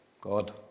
God